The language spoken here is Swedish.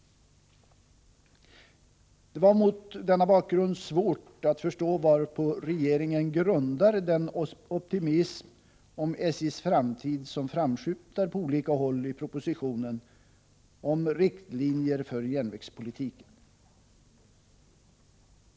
Det är mot denna bakgrund svårt att förstå varpå regeringen grundar den optimism om SJ:s framtid som framskymtar på olika håll i propositionen om riktlinjer för järnvägspolitiken.